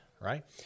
Right